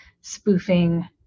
spoofing